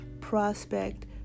prospect